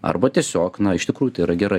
arba tiesiog na iš tikrųjų tai yra gera